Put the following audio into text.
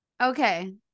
Okay